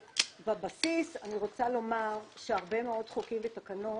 בבסיס אני רוצה לומר שהרבה מאוד חוקים ותקנות